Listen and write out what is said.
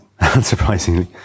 unsurprisingly